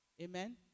Amen